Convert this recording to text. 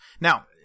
Now